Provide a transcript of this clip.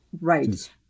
Right